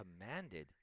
commanded